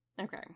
Okay